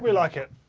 we like it.